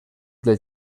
del